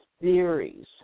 theories